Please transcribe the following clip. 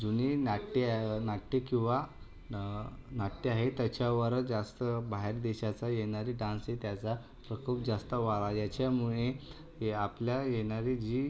जुनी नाट्य आहेत नाट्य किंवा नाट्य आहेत त्याच्यावरच जास्त बाहेर देशाचा येणारी डांस त्याचा खूप जास्त याच्यामुळे ह्या आपल्या येणारी जी